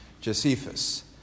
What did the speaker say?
Josephus